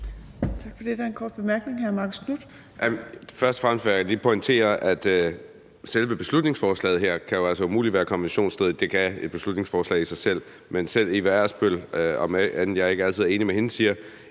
Tak for det. Der er en kort bemærkning. Hr. Marcus Knuth. Kl. 15:52 Marcus Knuth (KF): Først og fremmest vil jeg lige pointere, at selve beslutningsforslaget her altså umuligt kan være konventionsstridigt. Det kan et beslutningsforslag i sig selv godt være, men selv Eva Ersbøll – omend jeg ikke altid er enig med hende – siger,